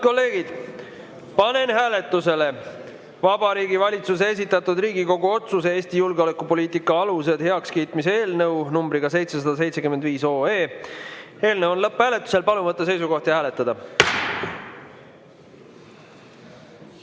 kolleegid, panen hääletusele Vabariigi Valitsuse esitatud Riigikogu otsuse ""Eesti julgeolekupoliitika alused" heakskiitmine" eelnõu 775. Eelnõu on lõpphääletusel. Palun võtta seisukoht ja hääletada!